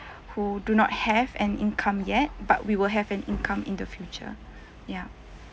who do not have an income yet but we will have an income in the future ya